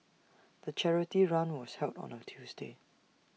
the charity run was held on A Tuesday